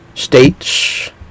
States